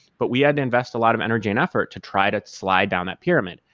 but we had to invest a lot of energy and effort to try to slide down that pyramid.